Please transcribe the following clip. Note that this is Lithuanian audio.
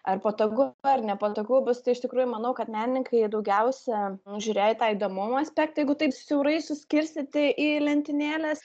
ar patogu ar nepatogu bus tai iš tikrųjų manau kad menininkai jie daugiausia žiūrėjo į tą įdomumo aspektą jeigu taip siaurai suskirstyti į lentynėles